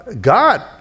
God